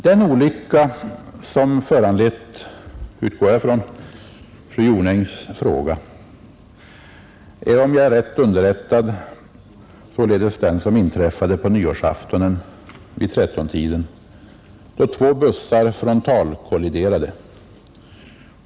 Den olycka som, enligt vad jag utgår ifrån, föranlett fru Jonängs fråga är, om jag är rätt underrättad, den som inträffade vid 13-tiden på nyårsaftonen då två bussar frontalkolliderade.